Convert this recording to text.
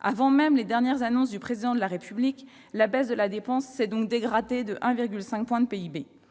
Avant même les dernières annonces du Président de la République, la baisse de la dépense s'est donc dégradée de 1,5 point de PIB.